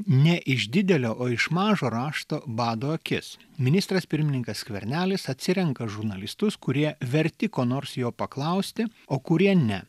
ne iš didelio o iš mažo rašto bado akis ministras pirmininkas skvernelis atsirenka žurnalistus kurie verti ko nors jo paklausti o kurie ne